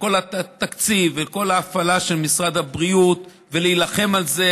לכל התקציב ולכל ההפעלה של משרד הבריאות ולהילחם על זה,